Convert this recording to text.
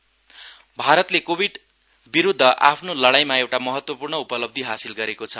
Covid भारतले Covid विरूद्ध आफ्नो लड़ाईमा एउटा महत्वपूर्ण उपलब्धि हासिल गरेको छ